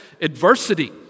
adversity